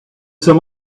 some